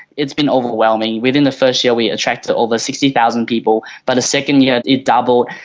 it's been overwhelming. within the first year we attracted over sixty thousand people. by the second year it doubled,